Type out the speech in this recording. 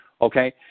okay